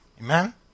Amen